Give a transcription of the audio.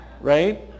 Right